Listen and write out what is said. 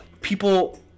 people